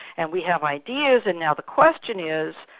and we have ideas, and now the question is